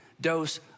dose